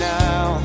now